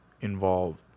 involved